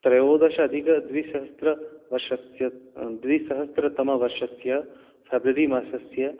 त्रयोदश अधिक द्विसहस्त्रवर्षस्य द्विसहस्त्रतमवर्षस्य फ़ेब्रवरी मासस्य